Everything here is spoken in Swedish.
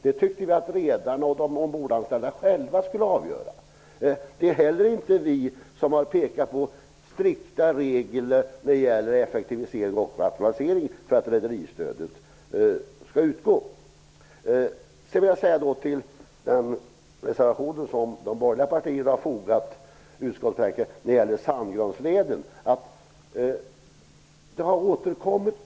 Vi tycker att redarna och de ombordanställda själva skulle få avgöra det. Det är inte heller vi som har pekat på strikta regler när det gäller effektivisering och rationalisering för att rederistödet skall utgå. De borgerliga partierna har en reservation till utskottets betänkande om Sandgrönnleden.